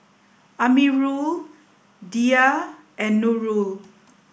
Amirul Dhia and Nurul